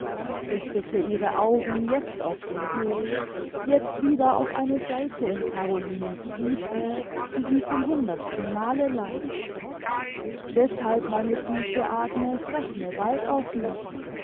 richtete ihre augen jetzt auf den weg jetzt wieder auf eine seite in carolinens briefe die sie zum hundertstenmale las deßhalb meine süße agnes rechne bald auf mich